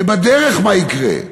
ובדרך מה יקרה?